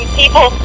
people